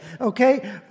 okay